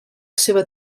seva